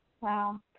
Wow